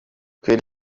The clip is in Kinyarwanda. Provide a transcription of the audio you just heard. kubera